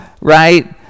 right